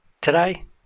Today